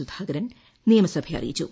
സുധാകരൻ നിയമസഭാരി അറിയിച്ചു